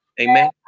Amen